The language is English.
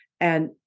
And-